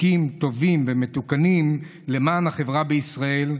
חוקים טובים ומתוקנים למען החברה בישראל,